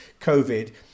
COVID